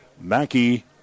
Mackey